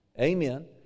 Amen